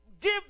Give